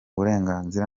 burenganzira